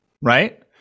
right